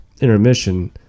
intermission